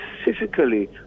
specifically